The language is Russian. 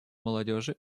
молодежи